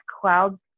clouds